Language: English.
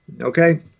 Okay